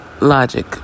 logic